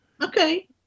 Okay